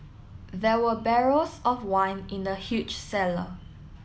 there were barrels of wine in the huge cellar